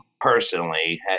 personally